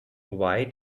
why